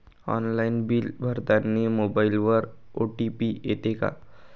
Online bill भरतानी मोबाईलवर OTP येते का?